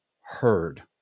heard